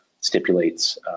stipulates